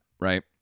right